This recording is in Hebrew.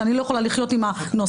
שאני לא יכולה לחיות עם הנוסח,